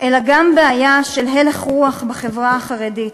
אלא גם בעיה של הלך רוח בחברה החרדית